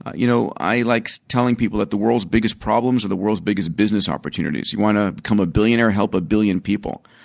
you know i like telling people that the world's biggest problems are the world's biggest business opportunities. you want to become a billionaire? help a billion people.